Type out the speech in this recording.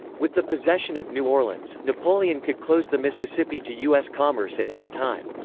with the possession of new orleans, napoleon could close the mississippi to u s. commerce at any time.